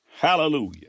Hallelujah